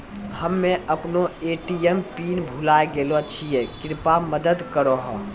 हम्मे अपनो ATM PIN भुलाय गेलो छियै, कृपया मदत करहो